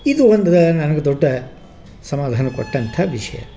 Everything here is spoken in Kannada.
ಇದು ಒಂದು ನನಗೆ ದೊಡ್ಡ ಸಮಾಧಾನ ಕೊಟ್ಟಂಥ ವಿಷಯ